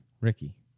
Ricky